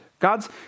God's